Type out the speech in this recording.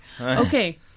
Okay